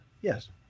yes